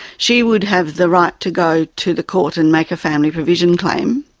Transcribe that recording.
she would have the right to go to the court and make a family provision claim.